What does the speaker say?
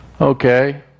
Okay